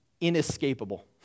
inescapable